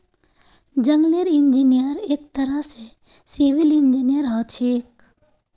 जंगलेर इंजीनियर एक तरह स सिविल इंजीनियर हछेक